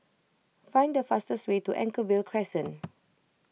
find the fastest way to Anchorvale Crescent